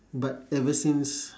but ever since